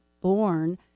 born